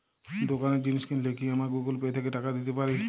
দোকানে জিনিস কিনলে কি আমার গুগল পে থেকে টাকা দিতে পারি?